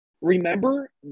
remember